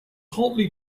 hotly